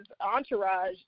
entourage